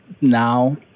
now